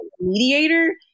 mediator